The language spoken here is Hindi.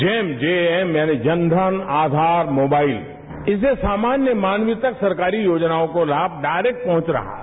जैम यानी जन धन आधार मोबाइल इससे सामान्य मानवी तक सरकारी योजनाओं का लाम डायरेक्ट पहुंच रहा है